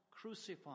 crucified